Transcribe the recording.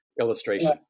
illustration